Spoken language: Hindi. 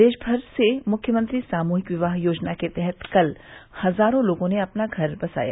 प्रदेश भर से मुख्यमंत्री सामूहिक विवाह योजना के तहत कल हजारों लोगों ने अपना घर बसाया